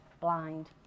blind